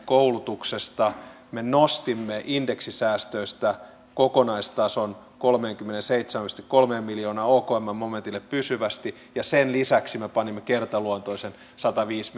koulutuksesta me nostimme indeksisäästöistä kokonaistason kolmeenkymmeneenseitsemään pilkku kolmeen miljoonaan okmn momentille pysyvästi ja sen lisäksi panimme kertaluontoisen sataviisi